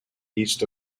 east